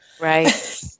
right